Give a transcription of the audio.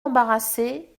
embarrassé